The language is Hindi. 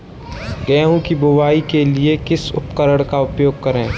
गेहूँ की बुवाई के लिए किस उपकरण का उपयोग करें?